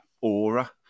aura